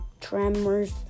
Tremors